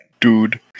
Dude